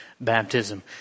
baptism